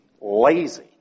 lazy